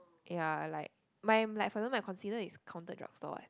ya like my am like for example my consider is counter drug store what